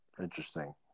Interesting